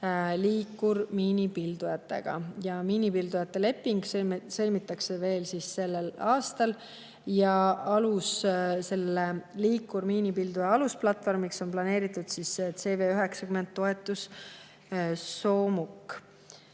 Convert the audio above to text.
liikurmiinipildujate vastu. Miinipildujate leping sõlmitakse veel sellel aastal. Selle liikurmiinipilduja alusplatvormiks on planeeritud CV90 toetussoomuk.